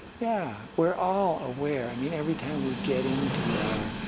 yeah, we're all aware. i mean, every time we get into our